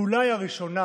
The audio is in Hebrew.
היא אולי הראשונה